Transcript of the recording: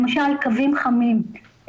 למשל קוים חמים,